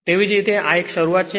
તેવી જ રીતે અને આ એક શરૂઆત છે